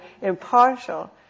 impartial